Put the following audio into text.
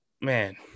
man –